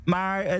Maar